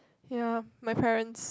ya my parents